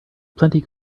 plenty